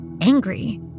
angry